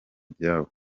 byabo